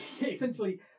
Essentially